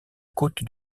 côte